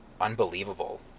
unbelievable